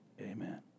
Amen